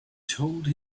told